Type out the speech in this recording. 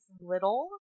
little